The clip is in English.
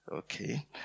Okay